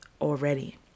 already